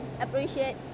appreciate